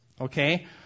Okay